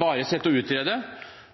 bare sitter og utreder,